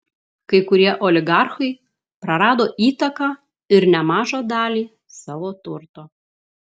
kai kurie oligarchai prarado įtaką ir nemažą dalį savo turto